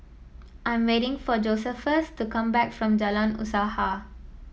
I am waiting for Josephus to come back from Jalan Usaha